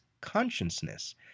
consciousness